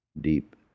deep